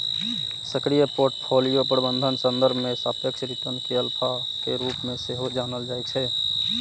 सक्रिय पोर्टफोलियो प्रबंधनक संदर्भ मे सापेक्ष रिटर्न कें अल्फा के रूप मे सेहो जानल जाइ छै